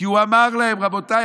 כי הוא אמר להם: רבותיי,